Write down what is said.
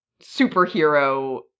superhero